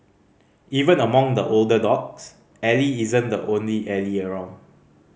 even among the older dogs Ally isn't the only Ally around